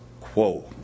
quo